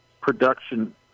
production